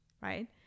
right